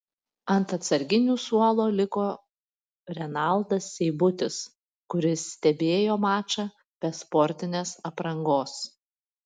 ant atsarginių suolo liko renaldas seibutis kuris stebėjo mačą be sportinės aprangos